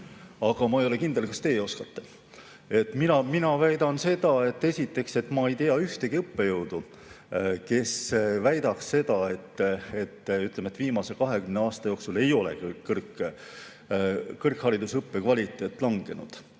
aga ma ei ole kindel, kas teie oskate. Mina väidan seda, et esiteks, ma ei tea ühtegi õppejõudu, kes väidaks seda, et ütleme, viimase 20 aasta jooksul ei ole kõrghariduse õppekvaliteet langenud.